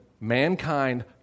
mankind